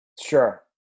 Sure